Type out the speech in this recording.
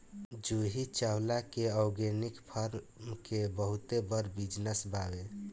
जूही चावला के organic farm के बहुते बड़ बिजनस बावे